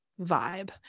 vibe